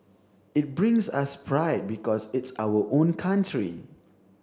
it brings us pride because it's our own country